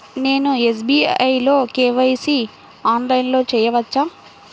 నేను ఎస్.బీ.ఐ లో కే.వై.సి ఆన్లైన్లో చేయవచ్చా?